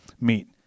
meet